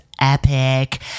epic